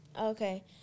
Okay